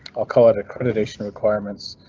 alcohol it accreditation requirements.